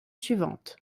suivante